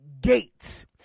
gates